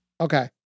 Okay